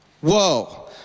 Whoa